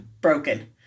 broken